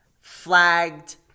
Flagged